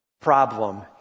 problem